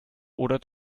oder